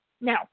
Now